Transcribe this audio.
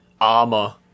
armor